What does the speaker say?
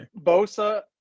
Bosa